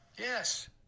Yes